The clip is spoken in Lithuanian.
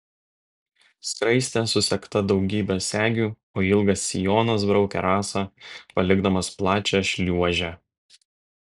skraistė susegta daugybe segių o ilgas sijonas braukė rasą palikdamas plačią šliuožę